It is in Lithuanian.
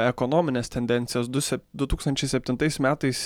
ekonomines tendencijas du se du tūkstančiai septintais metais